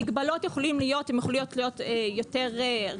מגבלות יכולות להיות יותר רכות.